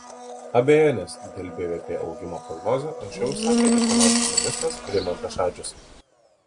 abejones dėl bvp augimo prognozių anksčiau išsakė ir finansų ministras rimantas šadžius